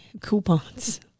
coupons